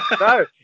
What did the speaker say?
No